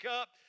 up